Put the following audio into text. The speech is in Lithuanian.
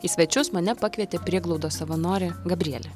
į svečius mane pakvietė prieglaudos savanorė gabrielė